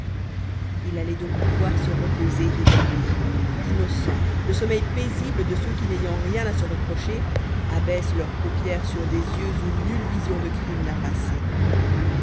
il allait donc pouvoir se reposer et dormir innocent le sommeil paisible de ceux qui n'ayant rien à se reprocher abaissent leurs paupières sur des yeux où nulle vision de crime n'a passé